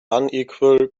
unequal